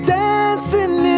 dancing